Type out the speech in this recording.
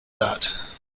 that